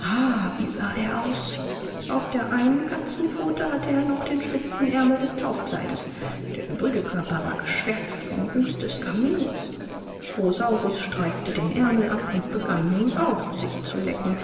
wie sah er aus auf der einen katerpfote hatte er noch den spitzenärmel des taufkleides der übrige körper war geschwärzt vom ruß des kamins rosaurus streifte den aermel ab und begann nun auch sich zu lecken